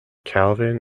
calvin